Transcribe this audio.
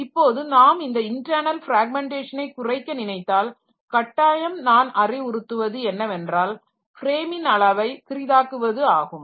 இப்போது நாம் இந்த இன்டர்னல் பிராக்மெண்டேஷனை குறைக்க நினைத்தால் கட்டாயம் நான் அறிவுறுத்துவது என்னவென்றால் ஃப்ரேமின் அளவை சிறிதாக்குவது ஆகும்